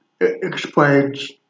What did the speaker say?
explains